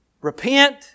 repent